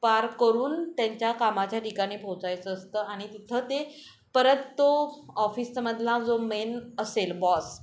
पार करून त्यांच्या कामाच्या ठिकाणी पोहोचायचं असतं आणि तिथं ते परत तो ऑफिसमधला जो मेन असेल बॉस